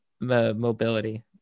mobility